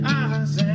eyes